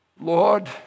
Lord